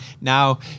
Now